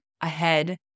ahead